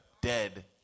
dead